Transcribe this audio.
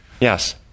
Yes